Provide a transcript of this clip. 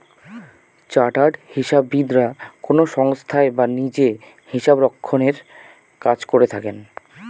chartered হিসাববিদরা কোনো সংস্থায় বা নিজে হিসাবরক্ষনের কাজ করে থাকেন